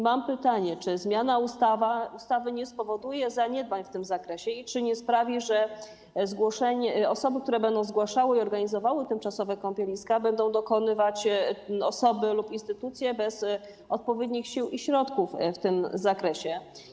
Mam pytanie: Czy zmiana ustawy nie spowoduje zaniedbań w tym zakresie i czy nie sprawi, że jeśli chodzi o osoby, które będą zgłaszały i organizowały tymczasowe kąpieliska, będą tego dokonywać osoby lub instytucje bez odpowiednich sił i środków w tym zakresie?